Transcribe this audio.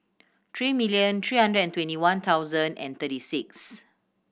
three million three hundred and twenty one thousand and thirty six